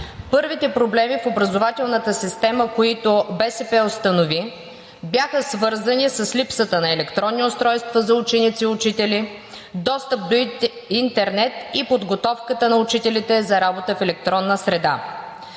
първите проблеми в образователната система, които БСП установи, бяха свързани с липсата на електронни устройства за ученици и учители, достъп до интернет и подготовката на учителите за работа в електронна среда,